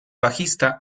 bajista